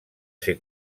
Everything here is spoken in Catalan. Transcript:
ser